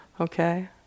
Okay